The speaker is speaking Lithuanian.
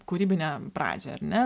kūrybinę pradžią ar ne